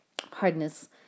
hardness